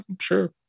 sure